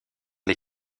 les